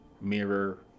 mirror